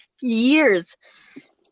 years